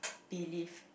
believe